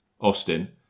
Austin